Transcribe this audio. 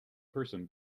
person